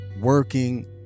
working